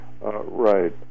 Right